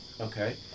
Okay